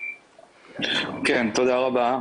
תודה רבה.